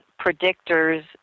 predictors